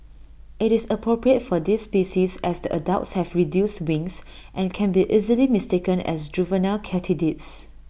IT is appropriate for this species as the adults have reduced wings and can be easily mistaken as juvenile katydids